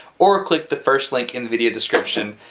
or click the first link in the video description.